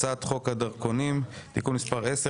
הצעת חוק הדרכונים (תיקון מס' 10),